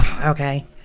Okay